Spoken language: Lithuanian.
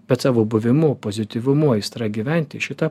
bet savo buvimu pozityvumu aistra gyventi šitą